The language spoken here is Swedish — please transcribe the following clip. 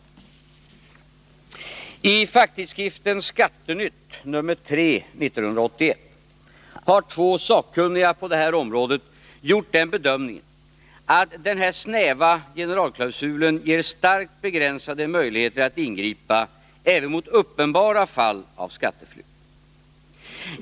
I facktidsskriften Skattenytt nr 3 år 1981 har två sakkunniga på det här området gjort den bedömningen att den här snäva generalklausulen ger starkt begränsade möjligheter att ingripa även mot uppenbara fall av skatteflykt.